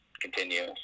continue